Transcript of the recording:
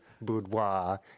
boudoir